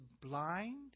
blind